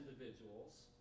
individuals